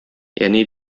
әни